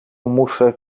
muszlę